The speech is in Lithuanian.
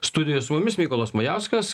studijoj su mumis mykolas majauskas